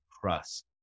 trust